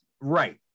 Right